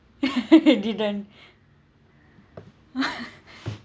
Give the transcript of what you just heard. didn't